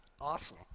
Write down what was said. awesome